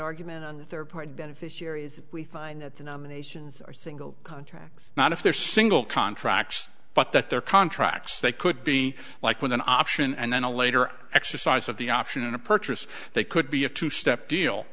argument on their part beneficiaries we find that the nominations are single contract not if they're single contracts but that their contracts they could be like with an option and then a later exercise of the option of purchase they could be a two step deal